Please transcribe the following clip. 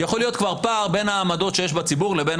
יכול להיות כבר פער בין העמדות שיש בציבור לבין